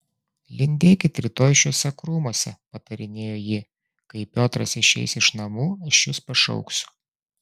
lindėkit rytoj šiuose krūmuose patarinėjo ji kai piotras išeis iš namų aš jus pašauksiu